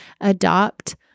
adopt